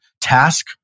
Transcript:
task